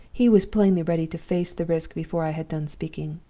he was plainly ready to face the risk before i had done speaking.